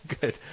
Good